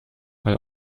weil